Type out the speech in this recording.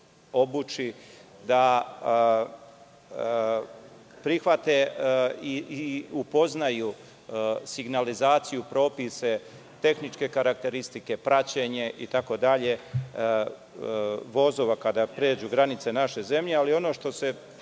obuči, da prihvate i upoznaju signalizaciju, propise, tehničke karakteristike, praćenje itd. vozova kada pređu van granice naše zemlje, ali ono što se